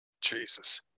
Jesus